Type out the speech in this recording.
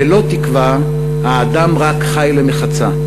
בלא תקווה האדם רק חי למחצה.